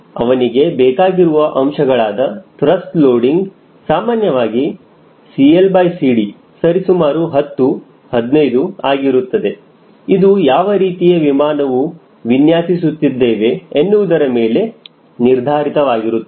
ಅವನಿಗೆ ಬೇಕಾಗಿರುವ ಅಂಶಗಳಾದ ತ್ರಸ್ಟ್ ಲೋಡಿಂಗ್ ಸಾಮಾನ್ಯವಾಗಿ CLCD ಸರಿಸುಮಾರು 10 15 ಆಗಿರುತ್ತದೆ ಇದು ಯಾವ ರೀತಿಯ ವಿಮಾನವು ವಿನ್ಯಾಸಿಸುತ್ತಿದ್ದೇವೆ ಎನ್ನುವುದರ ಮೇಲೆ ನಿರ್ಧಾರಿತವಾಗಿರುತ್ತದೆ